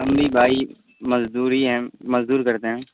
ہم بھی بھائی مزدوری ہیں مزدور کرتے ہیں